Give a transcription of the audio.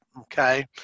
okay